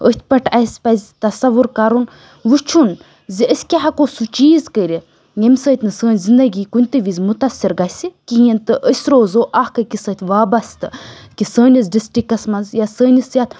أتھۍ پٮ۪ٹھ اَسہِ پَزِ تصوُر کَرُن وُچھُن زِ أسۍ کیٛاہ ہیٚکو سُہ چیٖز کٔرِتھ ییٚمہِ سۭتۍ نہٕ سٲنۍ زِنٛدگی کُنہِ تہِ وِزِ مُتاثِر گَژھِ کِہیٖنٛۍ تہٕ أسۍ روزو اَکھ أکِس سۭتۍ وابسطہٕ کہِ سٲنِس ڈِسٹرکَس منٛز یا سٲنِس یَتھ